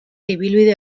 ibilbide